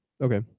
Okay